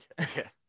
Okay